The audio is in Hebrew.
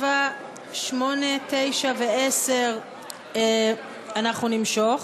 7, 8, 9 ו-10 אנחנו נמשוך.